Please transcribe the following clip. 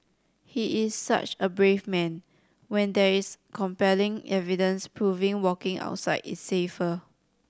he is such a brave man when there is compelling evidence proving walking outside is safer